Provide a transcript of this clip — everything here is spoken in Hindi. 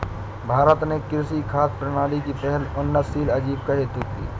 भारत ने कृषि खाद्य प्रणाली की पहल उन्नतशील आजीविका हेतु की